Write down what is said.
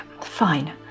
fine